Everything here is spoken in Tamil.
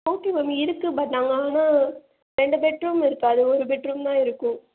ஓகே மேம் இருக்கு பட் நாங்கள் ஆனால் ரெண்டு பெட்ரூம் இருக்காது ஒரு பெட்ரூம் தான் இருக்கும்